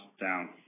down